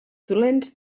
dolents